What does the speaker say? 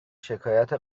شکایت